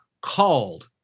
called